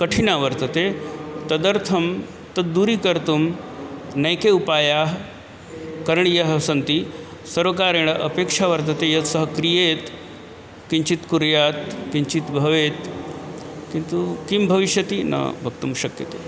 कठिणा वर्तते तदर्थं तद्दूरीकर्तुं नैके उपायाः करणीयाः सन्ति सर्वकारेण अपेक्षा वर्तते यत् सः क्रियेत् किञ्चित् कुर्यात् किञ्चित् भवेत् किन्तु किं भविष्यति न वक्तुं शक्यते